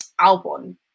Albon